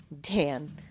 Dan